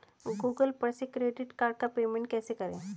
Google पर से credit card का पेमेंट कैसे करें?